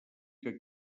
que